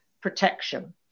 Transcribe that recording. protection